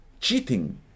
cheating